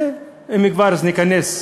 ואם כבר, אז ניכנס.